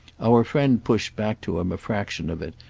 our friend pushed back to him a fraction of it,